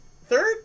third